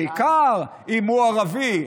בעיקר אם הוא ערבי.